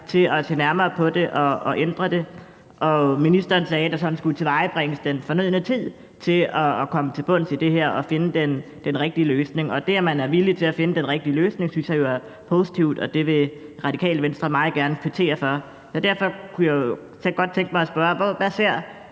at se nærmere på det og ændre det. Ministeren sagde, at der skulle tilvejebringes den fornødne tid til at komme til bunds i det her og finde den rigtige løsning, og det, at man er villig til at finde den rigtige løsning, synes jeg jo er positivt, og det vil Radikale Venstre meget gerne kvittere for. Derfor kunne jeg så godt tænke mig at spørge: Hvad ser